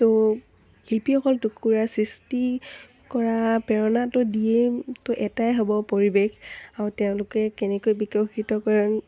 তো শিল্পীসকল টুকুৰা সৃষ্টি কৰা প্ৰেৰণাটো দিয়ে তো এটাই হ'ব পৰিৱেশ আৰু তেওঁলোকে কেনেকৈ বিকশিতকৰণ